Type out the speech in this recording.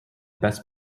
best